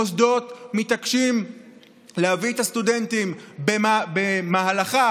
המוסדות מתעקשים להביא את הסטודנטים במהלכה